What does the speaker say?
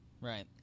Right